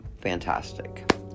fantastic